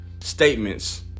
statements